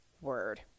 word